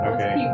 Okay